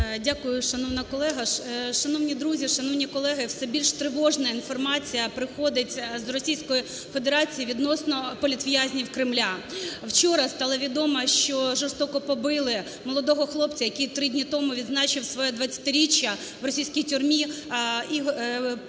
Дякую, шановна колега. Шановні друзі, шановні колеги! Все більш тривожна інформація проходить з Російської Федерації відносно політв'язнів Кремля. Вчора стало відомо, що жорстоко побили молодого хлопця, який три дні тому відзначив своє 20-річчя в російській тюрмі, Павла